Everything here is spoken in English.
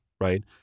Right